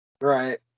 Right